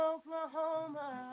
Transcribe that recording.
Oklahoma